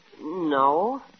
No